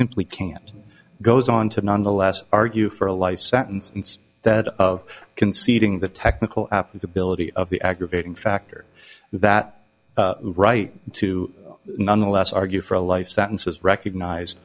simply can't goes on to nonetheless argue for a life sentence and that of conceding the technical applicability of the aggravating factor that right to nonetheless argue for a life sentence is recognized